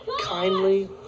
kindly